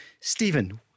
Stephen